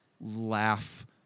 laugh